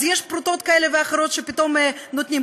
אז יש פרוטות כאלה ואחרות שפתאום נותנים,